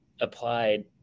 applied